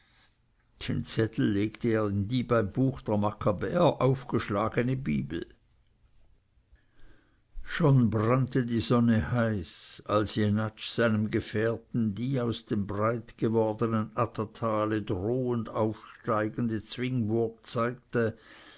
den zettel legte er in die beim buche der makkabäer aufgeschlagene bibel schon brannte die sonne heiß als jenatsch seinem gefährten die aus dem breit gewordenen addatale drohend aufsteigende zwingburg zeigte